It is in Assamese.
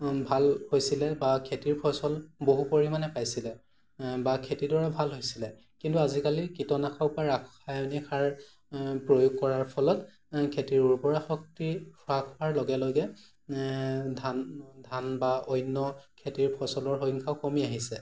ভাল হৈছিলে বা খেতিৰ ফচল বহু পৰিমাণে পাইছিলে বা খেতিডৰা ভাল হৈছিলে কিন্তু আজিকালি কীটনাশকৰ ৰাসায়নিক সাৰ প্ৰয়োগ কৰাৰ ফলত খেতিৰ উৰ্বৰা শক্তি হ্ৰাস হোৱাৰ লগে লগে ধান বা অন্য খেতিৰ ফচলৰ সংখ্যও কমি আহিছে